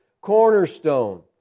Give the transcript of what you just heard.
cornerstone